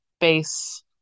base